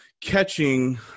catching